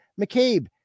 McCabe